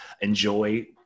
enjoy